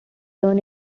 turn